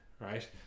right